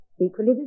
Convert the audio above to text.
equally